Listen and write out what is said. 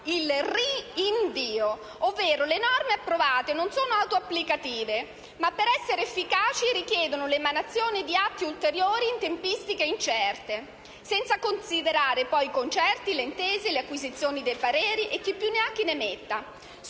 Il rinvio! Le norme approvate, cioè, non sono autoapplicative, ma per essere efficaci richiedono l'emanazione di atti ulteriori in tempistiche incerte. Senza considerare poi i concerti, le intese, le acquisizioni dei pareri, e chi più ne ha più ne metta